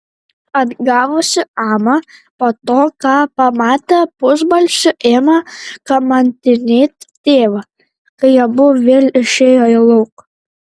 atgavusi amą po to ką pamatė pusbalsiu ėmė kamantinėti tėvą kai abu vėl išėjo į lauką